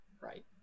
right